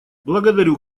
благодарю